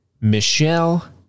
Michelle